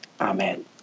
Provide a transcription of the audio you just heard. amen